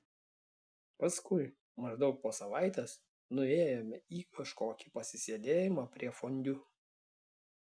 paskui maždaug po savaitės nuėjome į kažkokį pasisėdėjimą prie fondiu